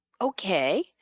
Okay